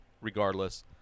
regardless